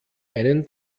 einen